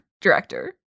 director